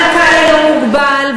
המנכ"ל לא מוגבל,